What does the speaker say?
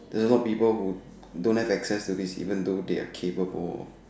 there's a lot of people who do not have access to this even though they are capable